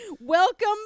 Welcome